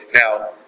now